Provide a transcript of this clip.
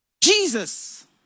Jesus